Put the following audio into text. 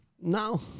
No